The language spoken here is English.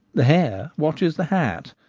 the hare watches the hat,